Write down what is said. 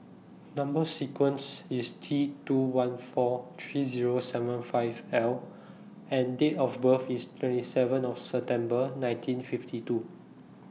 Number sequence IS T two one four three Zero seven five L and Date of birth IS twenty seven of September nineteen fifty two